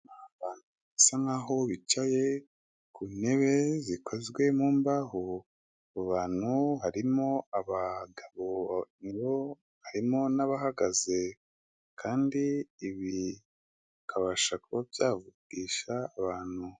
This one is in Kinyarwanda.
Bisa n'aho bicaye ku ntebe zikozwe mu mbaho ku bantu harimo abagabo harimo n'abahagaze kandi ibi bikabasha kuba byavugisha abantu.